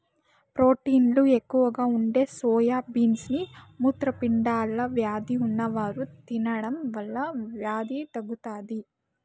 ప్రోటీన్లు ఎక్కువగా ఉండే సోయా బీన్స్ ని మూత్రపిండాల వ్యాధి ఉన్నవారు తినడం వల్ల వ్యాధి తగ్గుతాది